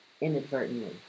inadvertently